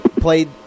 played